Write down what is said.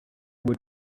would